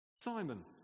Simon